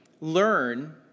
learn